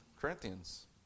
Corinthians